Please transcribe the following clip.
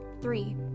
Three